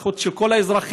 הזכות של כל האזרחים,